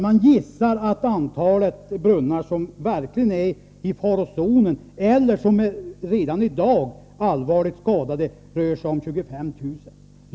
Man gissar att antalet brunnar som verkligen är i farozonen eller som redan i dag är allvarligt skadade är ca 25 000.